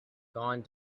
gone